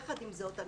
יחד עם זאת,